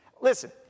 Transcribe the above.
Listen